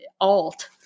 alt